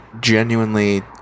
genuinely